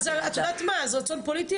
אז את יודעת מה אז רצון פוליטי,